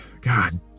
God